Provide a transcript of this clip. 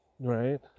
right